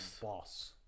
boss